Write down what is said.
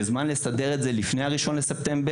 וזמן לסדר את זה לפני ה-1 לספטמבר,